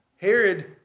Herod